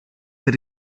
per